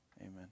Amen